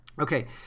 Okay